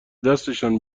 دستشان